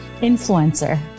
Influencer